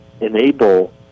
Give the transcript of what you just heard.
enable